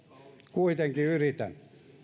kuitenkin yritän